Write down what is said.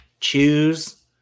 choose